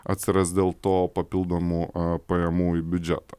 atsiras dėl to papildomų pajamų į biudžetą